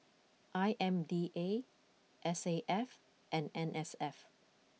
I M D A S A F and N S F